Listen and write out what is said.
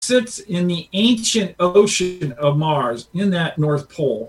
sits in the ancient ocean of Mars, in that North Pole.